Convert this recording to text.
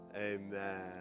Amen